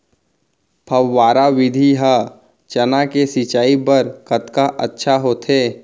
फव्वारा विधि ह चना के सिंचाई बर कतका अच्छा होथे?